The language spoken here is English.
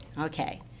Okay